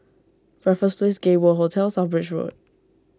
Raffles Place Gay World Hotel South Bridge Road